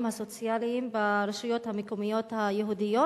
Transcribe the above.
הסוציאליים ברשויות המקומיות היהודיות